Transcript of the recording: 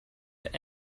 that